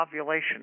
ovulation